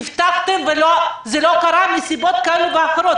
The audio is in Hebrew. הבטחתם, וזה לא קרה מסיבות כאלו ואחרות.